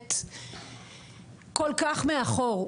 באמת כל כך מאחור,